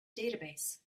database